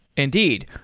indeed.